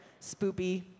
spoopy